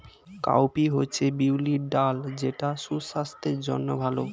cowpea হচ্ছে বিউলির ডাল যেটা সুস্বাস্থ্যের জন্য ভালো